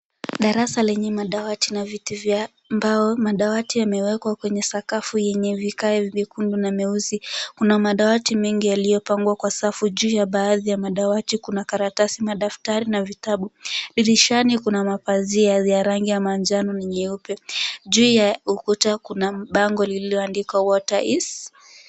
Darasa lenye madawati na viti vya mbao. Madawati yamewekwa kwenye sakafu yenye vikae mekundu na meusi. Kuna madawati mengi yaliyopangwa kwa safu, juu ya baadhi ya madawati kuna karatasi, madaftari na vitabu. Dirishani kuna mapazia ya rangi ya manjano na nyeupe. Juu ya ukuta kuna bango lilioandikwa water is